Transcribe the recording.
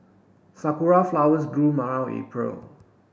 sakura flowers bloom around April